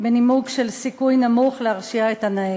בנימוק של סיכוי נמוך להרשעת הנהגת.